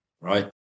Right